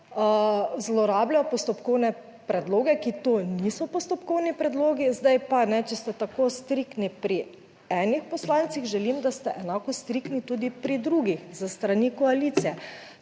zlorabljajo postopkovne predloge, ki to niso postopkovni predlogi. Zdaj pa, če ste tako striktni pri enih poslancih, želim, da ste enako striktni tudi pri drugih s strani koalicije.